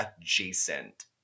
adjacent